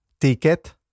ticket